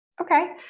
Okay